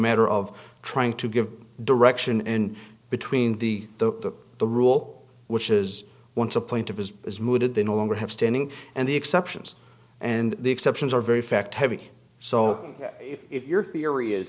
matter of trying to give direction in between the the the rule which is once a plaintiff as was mooted they no longer have standing and the exceptions and the exceptions are very fact heavy so if your theory is